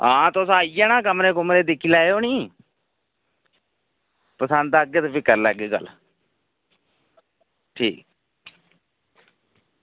आं तुस आइयै ना कमरे दिक्खी लैओ नी पसंद आह्गे ते भी करी लैगे गल्ल ठीक ऐ